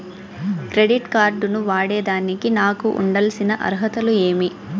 Credit card ను వాడేదానికి నాకు ఉండాల్సిన అర్హతలు ఏమి?